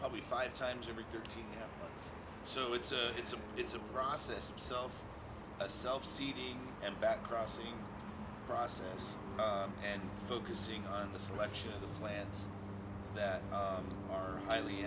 probably five times every thirty you know so it's a it's a it's a process of self a self seating and back crossing process and focusing on the selection of the plants that are highly